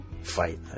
fight